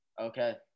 Okay